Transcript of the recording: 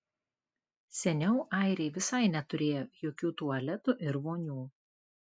seniau airiai visai neturėjo jokių tualetų ir vonių